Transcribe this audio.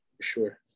sure